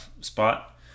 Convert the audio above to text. spot